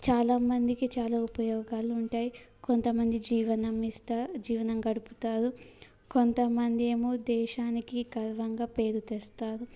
చాలామందికి చాలా ఉపయోగాలు ఉంటాయి కొంతమంది జీవనం ఇస్తా జీవనం గడుపుతారు కొంతమంది ఏమో దేశానికి గర్వంగా పేరు తెస్తారు